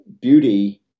beauty